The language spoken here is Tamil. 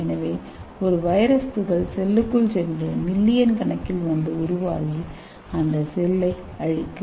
எனவே ஒரு வைரஸ் துகள் செல்லுக்குள் சென்று மில்லியன் கணக்கில் வந்து உருவாகி அந்த செல்லை அழிக்கும்